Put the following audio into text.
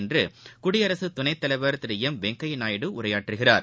இன்றுகுடியரசுத் துணைத் தலைவர் திருஎம் வெங்கையநாயுடு உரையாற்றுகிறார்